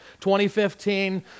2015